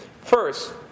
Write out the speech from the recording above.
first